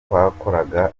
twakoraga